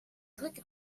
click